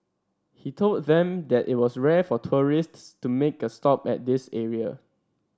he told them that it was rare for tourists to make a stop at this area